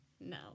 No